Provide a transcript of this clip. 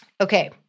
Okay